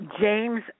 James